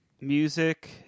Music